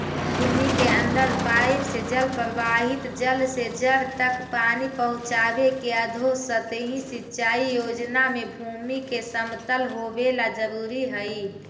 भूमि के अंदर पाइप से प्रवाहित जल से जड़ तक पानी पहुँचावे के अधोसतही सिंचाई योजना में भूमि के समतल होवेला जरूरी हइ